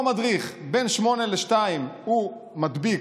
אותו מדריך בין 8:00 ל-14:00 הוא מדביק